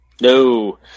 No